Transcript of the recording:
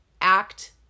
act